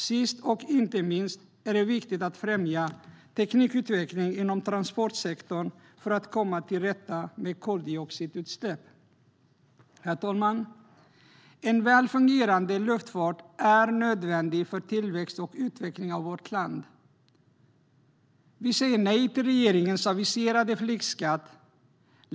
Sist och inte minst är det viktigt att främja teknikutveckling inom transportsektorn för att komma till rätta med koldioxidutsläpp. Herr talman! En väl fungerande luftfart är nödvändig för tillväxt och utveckling av vårt land. Vi säger nej till regeringens aviserade flygskatt.